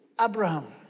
Abraham